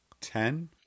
ten